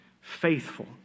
Faithful